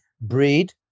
breed